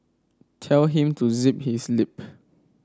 tell him to zip his lip